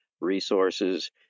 resources